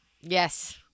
Yes